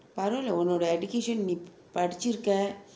but I don't know your education நீ படித்திருக்கை:nee padithurikirai